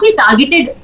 targeted